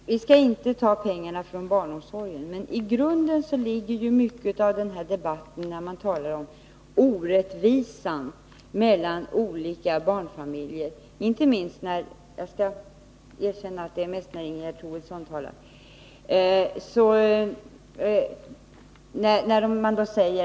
Herr talman! Här sägs att vi inte skall ta pengarna från barnomsorgen. Men mycket av sådana tankegångar ligger till grund för den här debatten — jag skall erkänna att det i första hand gäller beträffande Ingegerd Troedssons inlägg. Man talar om orättvisa mellan olika barnfamiljer.